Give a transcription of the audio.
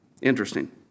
Interesting